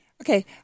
Okay